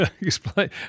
Explain